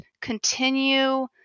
continue